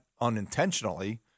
unintentionally